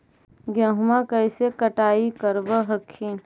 गेहुमा कैसे कटाई करब हखिन?